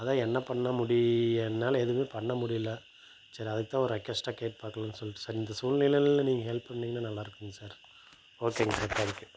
அதான் என்ன பண்ண முடி என்னால் எதுவும் பண்ண முடியல சரி அதுக்குத் தான் ஒரு ரெக்குவஸ்ட்டாக கேட்டு பார்க்கலான்னு சொல்லிட்டு சார் இந்த சூழ்நிலையில் நீங்கள் ஹெல்ப் பண்ணுணிங்கன்னா நல்லா இருக்குங்க சார் ஓகேங்க சார் தேங்க்யூ